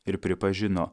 ir pripažino